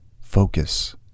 Focus